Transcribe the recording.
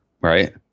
right